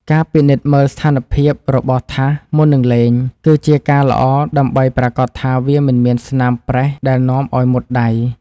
ការពិនិត្យមើលស្ថានភាពរបស់ថាសមុននឹងលេង គឺជាការល្អដើម្បីប្រាកដថាវាមិនមានស្នាមប្រេះដែលនាំឱ្យមុតដៃ។